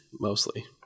mostly